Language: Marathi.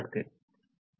3 नाही